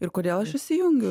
ir kodėl aš įsijungiu